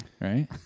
right